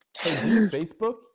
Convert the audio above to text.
Facebook